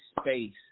space